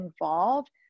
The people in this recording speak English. involved